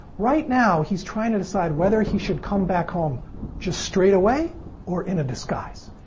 right now, he's trying to decide whether he should come back home just straight away or in a disguise.